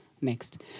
next